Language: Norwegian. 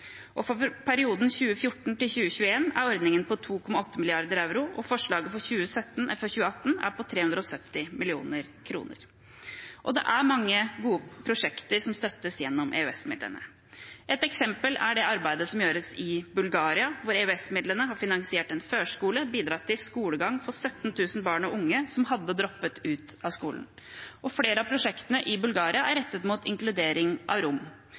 bedrifter. For perioden 2014–2021 er ordningen på 2,8 mrd. euro, og forslaget for 2017 er på 370 mill. kr. Det er mange gode prosjekter som støttes gjennom EØS-midlene. Et eksempel er det arbeidet som gjøres i Bulgaria, hvor EØS-midlene har finansiert en førskole og bidratt til skolegang for 17 000 barn og unge som hadde droppet ut av skolen. Flere av prosjektene i Bulgaria er rettet mot inkludering av rom.